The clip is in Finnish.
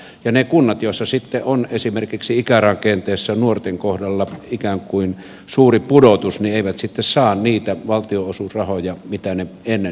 ne kunnat joissa on esimerkiksi ikärakenteessa nuorten kohdalla ikään kuin suuri pudotus eivät sitten saa niitä valtionosuusrahoja mitä ne ennen saivat